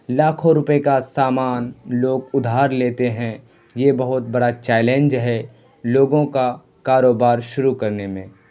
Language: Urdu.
لاکھوں روپے کا سامان لوگ ادھار لیتے ہیں یہ بہت بڑا چیلنج ہے لوگوں کا کاروبار شروع کرنے میں